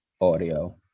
audio